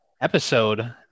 episode